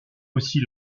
aussi